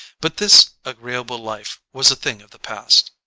but this agreeable life was a thing of the past.